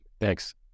thanks